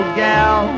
gal